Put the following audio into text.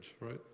right